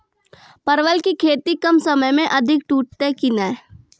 परवल की खेती कम समय मे अधिक टूटते की ने?